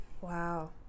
Wow